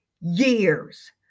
years